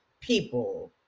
people